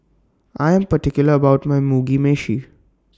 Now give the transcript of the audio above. I Am particular about My Mugi Meshi